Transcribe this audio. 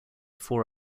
four